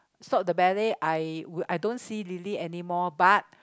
stop the ballet I I don't see Lily anymore but